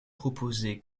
proposé